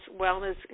wellness